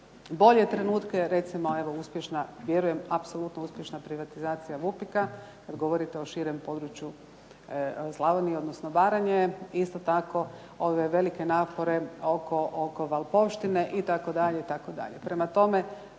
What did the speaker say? bolje trenutke, recimo evo uspješna, vjerujem apsolutno uspješna privatizacija Vupika kad govorite o širem području Slavonije odnosno Baranje. Isto tako ove velike napore oko Valpovštine itd.